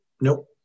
nope